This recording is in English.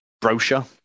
brochure